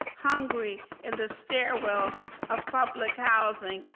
hungry in the stairwells of public housing.